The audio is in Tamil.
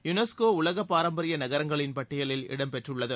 யுனெஸ்கோஉலகபாரம்பரியநகரங்களின் பட்டியலில் இடம் பெற்றுள்ளது